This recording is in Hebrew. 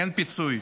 אין פיצוי.